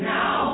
Now